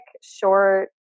short